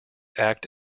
act